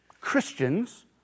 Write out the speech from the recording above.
Christians